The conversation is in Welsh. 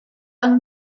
yng